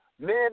Men